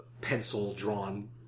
pencil-drawn